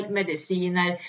mediciner